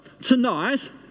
tonight